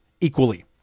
equally